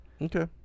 Okay